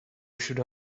should